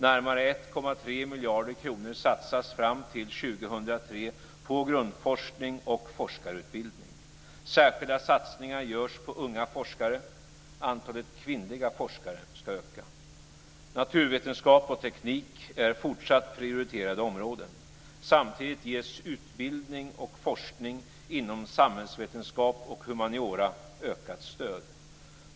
Närmare 1,3 miljarder kronor satsas fram till 2003 på grundforskning och forskarutbildning. Särskilda satsningar görs på unga forskare. Antalet kvinnliga forskare ska öka. Naturvetenskap och teknik är fortsatt prioriterade områden. Samtidigt ges utbildning och forskning inom samhällsvetenskap och humaniora ökat stöd.